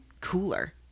cooler